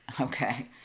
okay